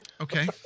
Okay